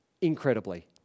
Incredibly